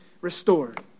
restored